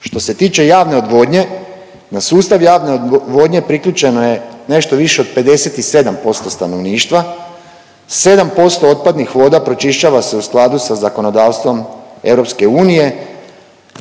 Što se tiče javne odvodnje na sustav javne odvodnje priključeno je nešto više od 57% stanovništva. 7% otpadnih voda pročišćava se u skladu sa zakonodavstvom EU,